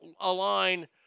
align